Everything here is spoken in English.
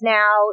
now